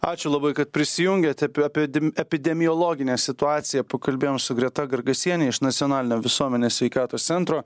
ačiū labai kad prisijungiate apie apie epidemiologinę situaciją pakalbėjom su greta gargasiene iš nacionalinio visuomenės sveikatos centro